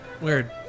Weird